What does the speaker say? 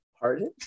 Pardon